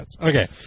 Okay